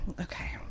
Okay